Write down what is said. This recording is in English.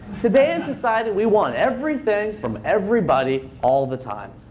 today in society, we want everything from everybody all the time.